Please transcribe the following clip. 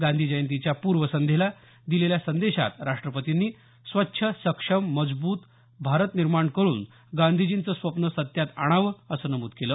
गांधी जयंतीच्या पूर्वसंध्येला दिलेल्या संदेशात राष्ट्रपतींनी स्वच्छ सक्षम मजबूत भारत निर्माण करुन गांधीजींचं स्वप्न सत्यात आणावं असं नमूद केलं